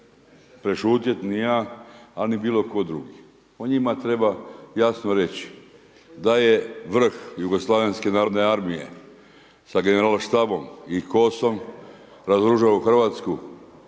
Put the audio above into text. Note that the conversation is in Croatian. prešutjeti ni ja, a ni bilo tko drugi. O njima treba jasno reći da je vrh Jugoslavenske narodne armije sa generalštabom i KOS-om razoružao Hrvatsku